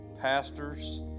pastors